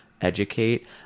educate